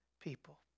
people